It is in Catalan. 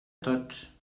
tots